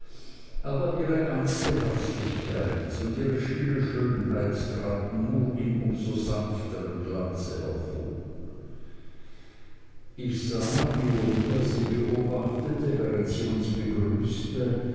aber ihre ernste herzlichkeit und ihre stille schönheit traten nur in um so sanfterem glanz hervor ich sah wie uriah sie beobachtete während sie uns begrüßte